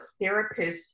therapists